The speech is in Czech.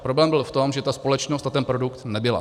Problém byl v tom, že ta společnost a ten produkt nebyla.